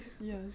Yes